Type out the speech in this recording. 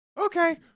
Okay